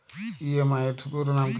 EMI এর পুরোনাম কী?